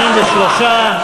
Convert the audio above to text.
התשע"ג 2013,